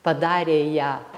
padarė ją